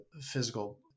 physical